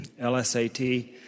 LSAT